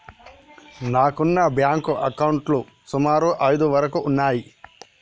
నాకున్న బ్యేంకు అకౌంట్లు సుమారు ఐదు వరకు ఉన్నయ్యి